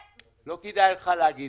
לא כדאי לך להגיד לא.